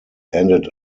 ended